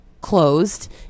closed